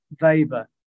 Weber